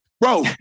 bro